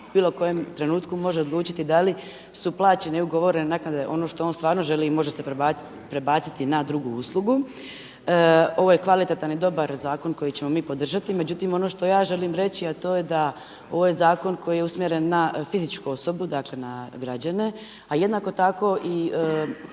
u bilo kojem trenutku može odlučiti da li su plaćene i ugovorene naknade ono što on stvarno želi i može se prebaciti na drugu uslugu. Ovo je kvalitetan i dobar zakon koji ćemo mi podržati, međutim ono što ja želim reći, a to je da ovaj zakon koji je usmjeren na fizičku osobu dakle na građane, a jednako tako i